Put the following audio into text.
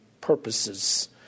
purposes